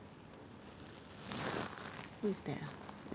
who is that ah